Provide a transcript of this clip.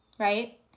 Right